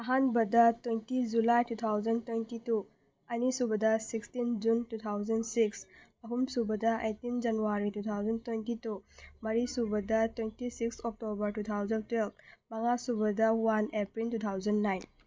ꯑꯍꯥꯟꯕꯗ twenty July two thousand twenty two ꯑꯅꯤꯁꯨꯕꯗ sixteen June two thousand six ꯑꯍꯨꯝꯁꯨꯕꯗ eighteen January two thousand twenty two ꯃꯔꯤꯁꯨꯕꯗ twenty six October two thousand twelve ꯃꯉꯥꯁꯨꯕꯗ one April two thousand nine